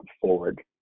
forward